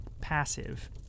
passive